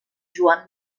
joan